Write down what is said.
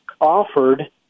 offered